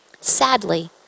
Sadly